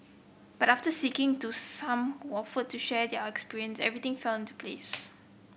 but after to some offered to share their experience everything fun to place